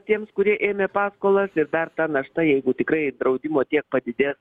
tiems kurie ėmė paskolas ir dar ta našta jeigu tikrai draudimo tiek padidės